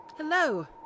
Hello